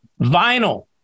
vinyl